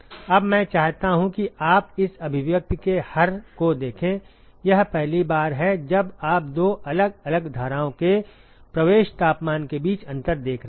अब मैं चाहता हूं कि आप इस अभिव्यक्ति के हर को देखें यह पहली बार है जब आप दो अलग अलग धाराओं के प्रवेश तापमान के बीच अंतर देख रहे हैं